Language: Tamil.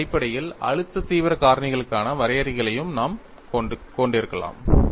அதன் அடிப்படையில் அழுத்த தீவிர காரணிகளுக்கான வரையறைகளையும் நாம் கொண்டிருக்கலாம்